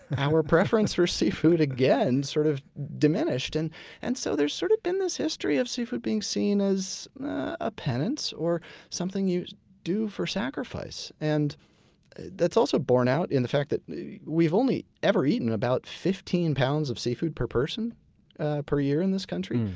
our preference for seafood again sort of diminished. and and so there's sort of been this history of seafood being seen as a penance, or something you do for sacrifice, and that's also borne out of the fact that we've only ever eaten about fifteen pounds of seafood per person per year in this country